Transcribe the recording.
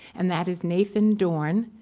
and that is nathan dorn,